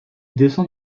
descend